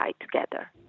together